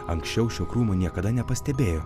anksčiau šio krūmo niekada nepastebėjo